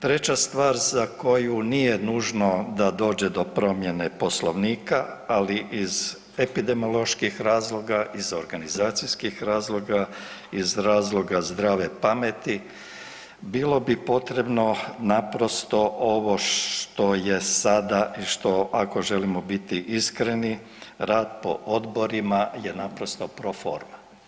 Treća stvar za koju nije nužno da dođe do promjene Poslovnika, ali iz epidemioloških razloga, iz organizacijskih razloga, iz razloga zdrave pameti bilo bi potrebno naprosto ovo što je sada i što ako želimo biti iskreni rad po odborima je naprosto proforma.